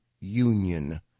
Union